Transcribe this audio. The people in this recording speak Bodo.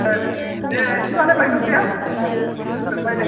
दे दे दे बिदिब्लालाय बायद' दे जोब्बाय दे